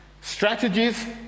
strategies